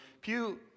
pew